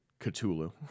Cthulhu